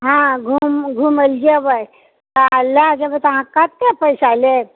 हँ घुमए घुमए लऽ जेबए आ लऽ जेबए तऽ अहाँ कतेक पैसा लेब